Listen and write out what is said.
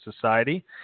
Society